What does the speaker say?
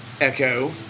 echo